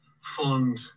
fund